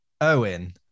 Owen